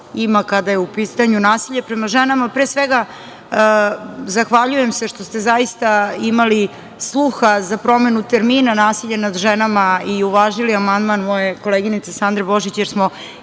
ima, kada je u pitanju nasilje prema ženama. Pre svega, zahvaljujem se što ste zaista imali sluha za promenu termina nasilje nad ženama i uvažili amandman moje koleginice Sandre Božić, jer smo